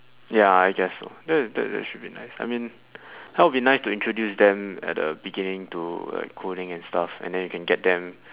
ya I guess so that is that that should be nice I mean how it would be nice to get them introduce them at the beginning to like coding and stuff and then you can get them